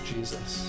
Jesus